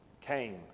came